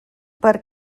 per